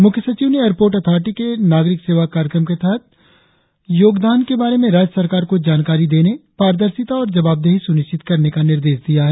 मुख्य सचिव ने एयरपोर्ट अथारिटी के नागरिक सेवा कार्यक्रम के तहत योगदान के बारे में राज्य सरकार को जानकारी देने पारदर्शिता और जवाबदेही सुनिश्चित करने का निर्देश दिया है